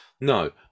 no